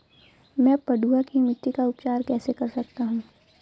मैं पडुआ की मिट्टी का उपचार कैसे कर सकता हूँ?